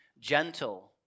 gentle